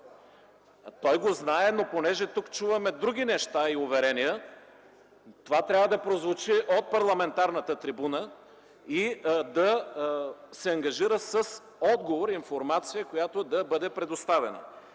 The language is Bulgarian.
Той го знае, но понеже тук чуваме други неща и уверения, това трябва да прозвучи от парламентарната трибуна и да се ангажира с отговор, информация, която да бъде предоставена.